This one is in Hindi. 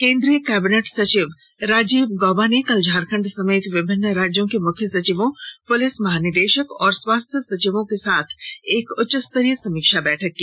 केंद्रीय कैबिनेट सचिव राजीव गौबा ने कल झारखंड समेत विभिन्न राज्यों के मुख्य सचिवों पुलिस महानिदेशक और स्वास्थ्य सचिवों के साथ एक उच्चस्तरीय समीक्षा बैठक की